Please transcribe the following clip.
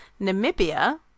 namibia